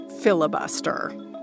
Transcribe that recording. Filibuster